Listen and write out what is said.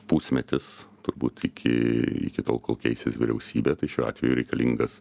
pusmetis turbūt iki iki tol kol keisis vyriausybė tai šiuo atveju reikalingas